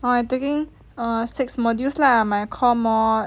orh I taking err six modules lah my core mod